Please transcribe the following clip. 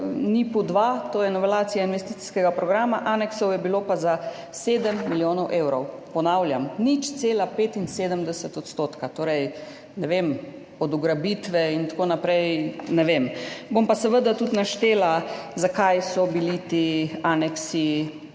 v NIP2, to je novelacija investicijskega programa, aneksov je bilo pa za 7 milijonov evrov. Ponavljam, 0,75 %. Torej, ugrabitev in tako naprej … Ne vem. Bom pa seveda tudi naštela, zakaj so bili ti aneksi